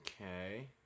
Okay